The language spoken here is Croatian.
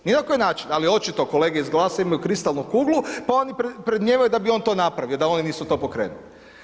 Ni na koji način, ali očito kolege iz GLAS-a imaju kristalnu kuglu pa oni predmnijevaju da bi on to napravio da oni su to pokrenuli.